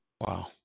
wow